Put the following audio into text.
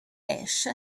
ash